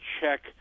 check